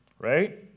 right